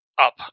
up